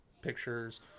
pictures